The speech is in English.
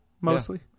mostly